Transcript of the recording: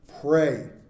pray